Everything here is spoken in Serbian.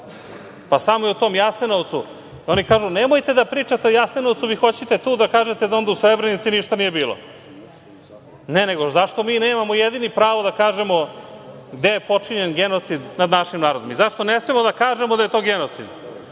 Pa, samo u tom Jasenovcu, a oni kažu, nemojte da pričate o Jasenovcu, vi hoćete tu da kažete da onda u Srebrenici ništa nije bilo. Ne, nego zašto mi nemamo jedini pravo da kažemo gde je počinjen genocid nad našim narodom i zašto ne smemo da kažemo da je to genocid.Zašto